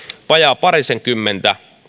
vajaa parisenkymmentä